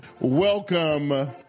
Welcome